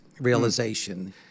realization